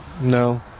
No